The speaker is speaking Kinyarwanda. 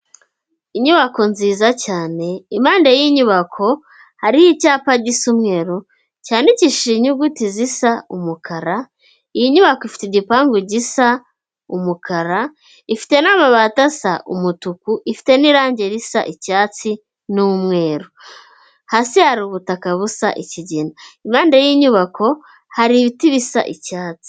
Inyubako nziza cyane impande y'ininyubako hari icyapa gisa umweru, cyandikishije inyuguti zisa umukara, iyi nyubako ifite igipangu gisa umukara, ifite n'amabati asa umutuku, ifite n'irangi risa icyatsi n'umweru. Hasi hari ubutaka busa ikigina. Impande y'inyubako hari ibiti bisa icyatsi.